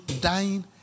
dying